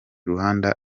ruhande